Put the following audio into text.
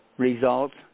Results